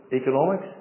Economics